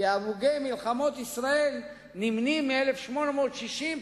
כי הרוגי מלחמות ישראל נמנים מ-1860,